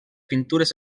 pintures